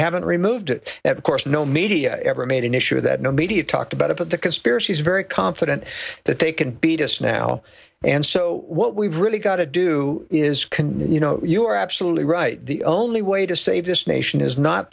haven't removed it at of course no media ever made an issue of that no media talked about it but the conspiracy is very confident that they can beat us now and so what we've really got to do is can you know you are absolutely right the only way to save this nation is not